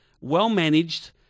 well-managed